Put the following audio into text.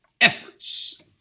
efforts